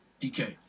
DK